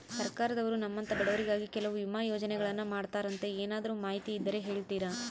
ಸರ್ಕಾರದವರು ನಮ್ಮಂಥ ಬಡವರಿಗಾಗಿ ಕೆಲವು ವಿಮಾ ಯೋಜನೆಗಳನ್ನ ಮಾಡ್ತಾರಂತೆ ಏನಾದರೂ ಮಾಹಿತಿ ಇದ್ದರೆ ಹೇಳ್ತೇರಾ?